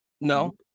No